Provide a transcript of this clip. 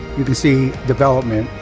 you'll be seeing development.